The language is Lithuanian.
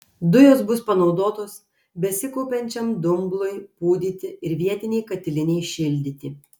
dujos bus panaudotos besikaupiančiam dumblui pūdyti ir vietinei katilinei šildyti